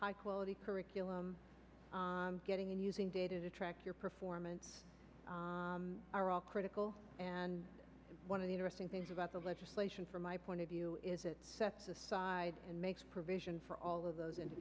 high quality curriculum getting and using data to track your performance are all critical and one of the interesting things about the legislation from my point of view is it sets aside and makes provision for all of those ind